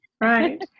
Right